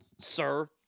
Sir